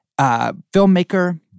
filmmaker